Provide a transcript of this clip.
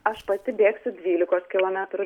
aš pati bėgsiu dvylikos kilometrų